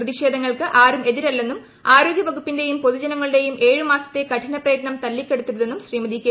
പ്രതിഷേധങ്ങൾക്ക് ആരും എതിരല്ലെന്നും ആർോഗ്യവകുപ്പിന്റെയും പൊതുജനങ്ങളുടെയും ഏഴ് മാസത്തെ കഠിനപ്രയത്നം തല്ലിക്കെടുത്തരുതെന്നു ് ശ്രീമതി കെ